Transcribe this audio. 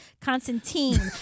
Constantine